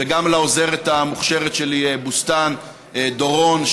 וגם לעוזרת המוכשרת שלי בוסתן דורון,